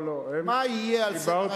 מה יהיה על סדר-היום,